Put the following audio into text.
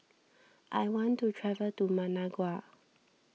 I want to travel to Managua